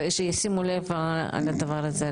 שישימו לב לדבר הזה,